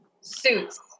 Suits